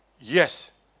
Yes